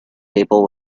people